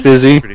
Busy